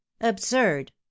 absurd